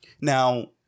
now